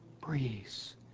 breeze